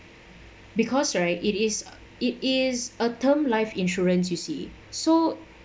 because right it is it is a term life insurance you see so